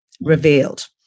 revealed